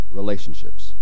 relationships